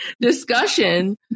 discussion